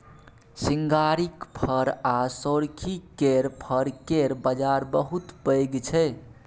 सिंघारिक फर आ सोरखी केर फर केर बजार बहुत पैघ छै